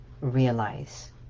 realize